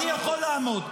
אני יכול לעמוד.